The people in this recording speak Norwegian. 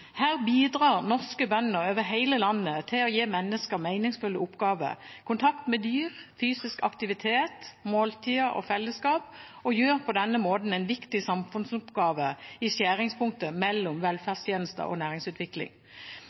Her bidrar norske bønder over hele landet til å gi mennesker meningsfulle oppgaver, kontakt med dyr, fysisk aktivitet, måltider og fellesskap og gjør på denne måten en viktig samfunnsoppgave i skjæringspunktet mellom velferdstjenester og næringsutvikling.